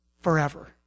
forever